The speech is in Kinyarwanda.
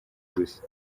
gusa